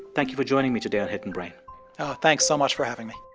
thank you for joining me today on hidden brain thanks so much for having me